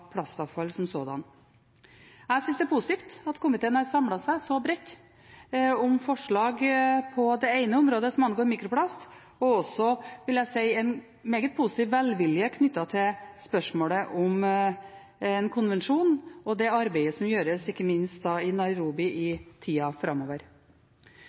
plastavfall som sådant. Jeg synes det er positivt at komiteen har samlet seg så bredt om forslag på det ene området, som angår mikroplast, og også, vil jeg si, har en meget positiv velvilje knyttet til spørsmålet om en konvensjon og det arbeidet som gjøres, ikke minst i Nairobi, i tida framover.